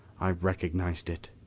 i recognized it.